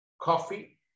coffee